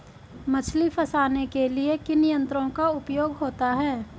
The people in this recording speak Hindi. मछली फंसाने के लिए किन यंत्रों का उपयोग होता है?